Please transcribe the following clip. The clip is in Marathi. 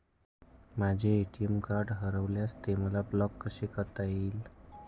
माझे ए.टी.एम कार्ड हरविल्यास ते मला ब्लॉक कसे करता येईल?